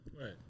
Right